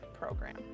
program